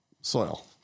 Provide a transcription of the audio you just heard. soil